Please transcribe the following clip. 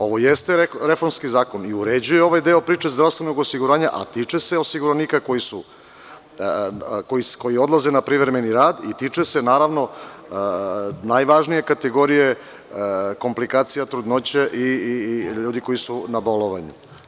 Ovo jeste reformski zakon i uređuje ovaj deo priče zdravstvenog osiguranja, a tiče se osiguranika koji odlaze na privremeni rad i tiče se naravno najvažnije kategorije, komplikacija trudnoće i ljudi koji su na bolovanju.